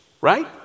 right